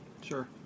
Sure